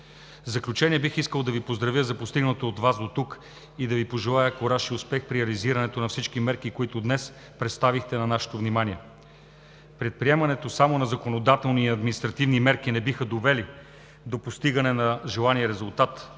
В заключение, бих искал да Ви поздравя за постигнатото от Вас дотук, да Ви пожелая кураж и успех при реализирането на всички мерки, които днес представихте на нашето внимание. Предприемането само на законодателни и административни мерки не биха довели до постигане на желания резултат,